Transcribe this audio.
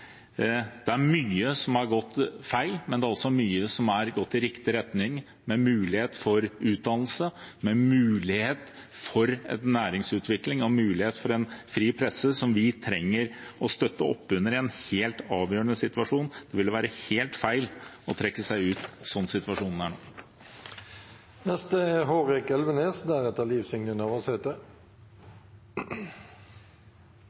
Det er mye som har gått feil, men det er også mye som har gått i riktig retning, med mulighet for utdannelse, med mulighet for næringsutvikling og mulighet for en fri presse, som vi trenger å støtte opp under i en helt avgjørende situasjon. Det ville være helt feil å trekke seg ut slik situasjonen er nå. Budsjettdebatten er